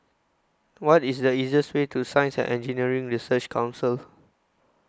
What IS The easiest Way to Science and Engineering Research Council